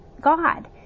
God